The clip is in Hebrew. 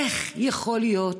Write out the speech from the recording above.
איך יכול להיות